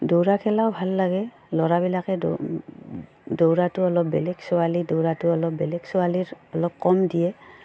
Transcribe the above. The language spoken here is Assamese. দৌৰা খেলাও ভাল লাগে ল'ৰাবিলাকে দ দৌৰাটো অলপ বেলেগ ছোৱালী দৌৰাটো অলপ বেলেগ ছোৱালীৰ অলপ কম দিয়ে